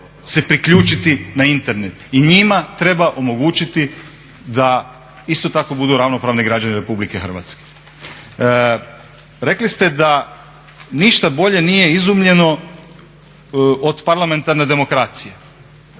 se priključiti na Internet i njima treba omogućiti da isto tako budu ravnopravni građani RH. Rekli ste da ništa bolje nije izumljeno od parlamentarne demokracije